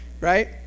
right